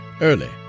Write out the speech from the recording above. early